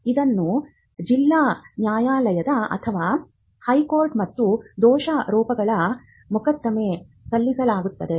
ಇದನ್ನು ಜಿಲ್ಲಾ ನ್ಯಾಯಾಲಯ ಅಥವಾ ಹೈಕೋರ್ಟ್ ಮತ್ತು ದೋಷಾರೋಪಗಳ ಮೊಕದ್ದಮೆ ಸಲ್ಲಿಸಲಾಗುತ್ತದೆ